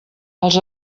els